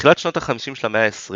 בתחילת שנות החמישים של המאה ה-20